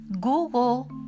Google